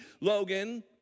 Logan